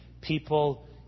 people